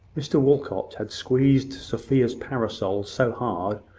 mr walcot had squeezed sophia's parasol so hard,